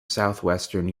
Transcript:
southwestern